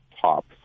top